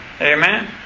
Amen